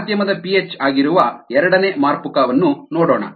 ಮಾಧ್ಯಮದ ಪಿಎಚ್ ಆಗಿರುವ ಎರಡನೇ ಮಾರ್ಪುಕ ಅನ್ನು ನೋಡೋಣ